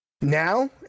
now